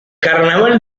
carnaval